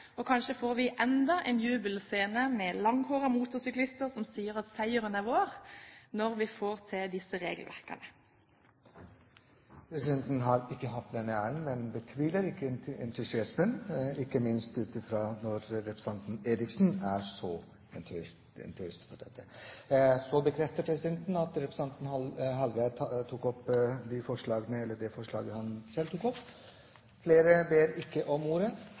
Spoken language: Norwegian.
og kanskje får vi enda en jubelscene med langhårete motorsyklister som sier at seieren er vår, når vi får på plass dette regelverket. Presidenten har ikke hatt den æren, men betviler ikke entusiasmen – ikke minst ut fra entusiasmen til representanten Eriksen. Flere har ikke bedt om ordet